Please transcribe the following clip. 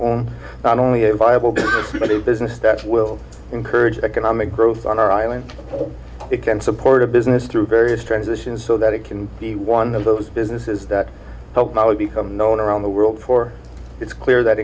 lone not only viable business that will encourage economic growth on our island it can support a business through various transitions so that it can be one of those businesses that help now become known around the world for it's clear that